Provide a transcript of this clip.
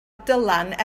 dylan